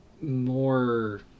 More